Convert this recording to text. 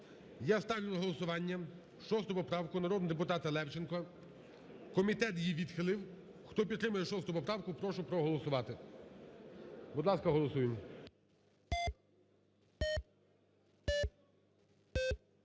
Я ставлю на голосування 6 поправку народного депутата Левченка. Комітет її відхилив. Хто підтримує 6 поправку, прошу проголосувати. Будь ласка, голосуємо.